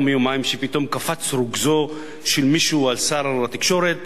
מה יום מיומיים שפתאום קפץ רוגזו של מישהו על שר התקשורת